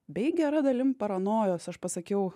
bei gera dalim paranojos aš pasakiau